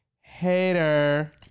Hater